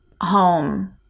home